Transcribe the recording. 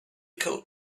coat